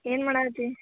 ಏನು ಮಾಡೋ ಹತ್ತಿ